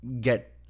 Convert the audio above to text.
get